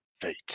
Fate